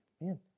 man